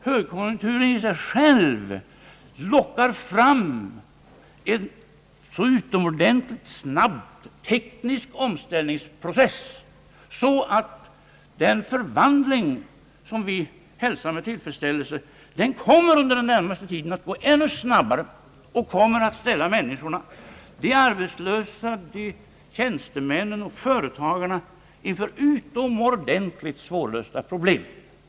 Högkonjunkturen lockar nämligen i sig själv fram en så utomordentligt snabb teknisk omställningsprocess att den förvandling, som vi just nu hälsar med tillfredsställelse, under den närmaste tiden kan komma att gå ännu snabbare och ställa människorna — de arbetslösa, tjänstemännen och företagarna — inför utomordentligt svårlösta problem.